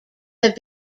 have